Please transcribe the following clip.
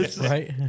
Right